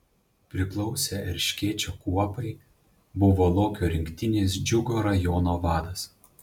priklausė erškėčio kuopai buvo lokio rinktinės džiugo rajono vadas